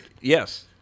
Yes